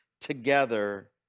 together